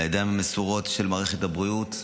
לידיים המסורות של מערכת הבריאות,